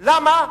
למה?